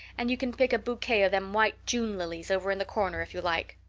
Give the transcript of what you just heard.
and you can pick a bouquet of them white june lilies over in the corner if you like.